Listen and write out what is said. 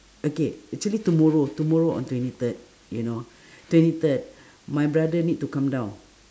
okay actually tomorrow tomorrow on twenty third you know twenty third my brother need to come down